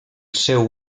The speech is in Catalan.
seu